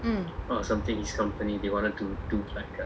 um